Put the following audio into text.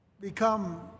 become